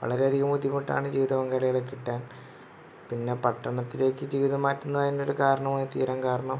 വളരെ അധികം ബുദ്ധിമുട്ടാണ് ജീവിതപങ്കാളികളെ കിട്ടാൻ പിന്നെ പട്ടണത്തിലേക്ക് ജീവിതം മാറ്റുന്നതിന് ഒരു കാരണമായി തീരാൻ കാരണം